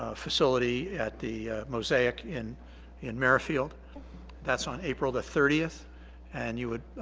ah facility at the mosaic in in merrfield that's on april the thirtieth and you would